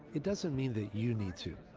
it doesn't mean that you need to.